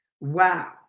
Wow